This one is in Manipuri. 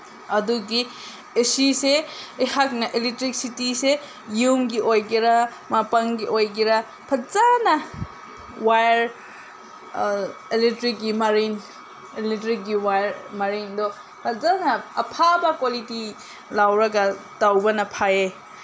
ꯑꯗꯨꯒꯤ ꯑꯁꯤꯁꯦ ꯑꯩꯍꯥꯛꯅ ꯑꯦꯂꯦꯛꯇ꯭ꯔꯤꯁꯤꯇꯤꯁꯦ ꯌꯨꯝꯒꯤ ꯑꯣꯏꯒꯦꯔꯥ ꯃꯄꯥꯟꯒꯤ ꯑꯣꯏꯒꯦꯔꯥ ꯐꯖꯅ ꯋꯌꯥꯔ ꯑꯦꯂꯦꯛꯇ꯭ꯔꯤꯛꯀꯤ ꯃꯔꯤ ꯑꯦꯂꯦꯛꯇ꯭ꯔꯤꯛꯀꯤ ꯋꯌꯥꯔ ꯃꯔꯤꯗꯣ ꯐꯖꯅ ꯑꯐꯕ ꯀ꯭ꯋꯥꯂꯤꯇꯤ ꯂꯧꯔꯒ ꯇꯧꯕꯅ ꯐꯩꯌꯦ